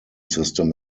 system